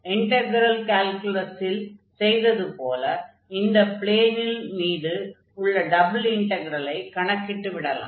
integral கால்குலஸில் செய்ததைப் போல் இந்த ப்ளேனில் மீது உள்ள டபுள் இன்டக்ரெலை கணக்கிட்டுவிடலாம்